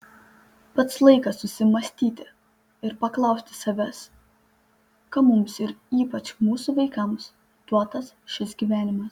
pats laikas susimąstyti ir paklausti savęs kam mums ir ypač mūsų vaikams duotas šis gyvenimas